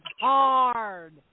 hard